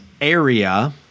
area